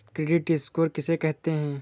Credit score किसे कहते हैं?